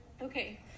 Okay